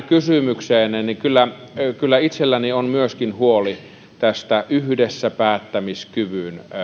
kysymykseenne niin kyllä myöskin itselläni on huoli tästä yhdessä päättämisen kyvyn